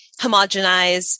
homogenize